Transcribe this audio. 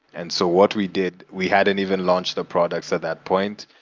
and so what we did, we hadn't even launched the products at that point.